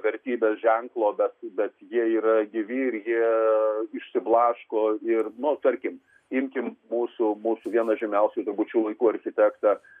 vertybės ženklo bet bet jie yra gyvi ir jie išsiblaško ir nu tarkim imkim mūsų mūsų vieną žymiausių šių laikų architektą